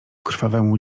krwawemu